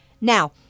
Now